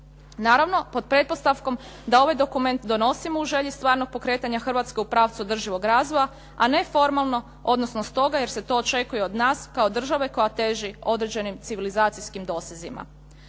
Naravno, pod pretpostavkom da ovaj dokument donosimo u želji stvarnog pokretanja Hrvatske u pravcu održivog razvoja, a ne formalno, odnosno stoga jer se to očekuje od nas kao države koja teži određenim civilizacijskim dosezima.